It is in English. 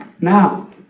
now